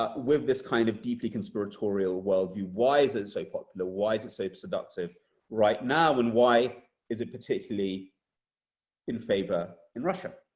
ah with this kind of deeply conspiratorial worldview? why is it so popular? why is it so seductive right now? and why is it particularly in favor in russia?